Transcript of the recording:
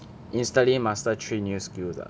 instantly master three new skills ah